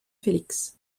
félix